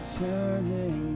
turning